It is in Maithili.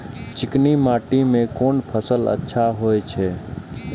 चिकनी माटी में कोन फसल अच्छा होय छे?